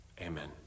Amen